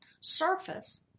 surface